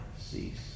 cease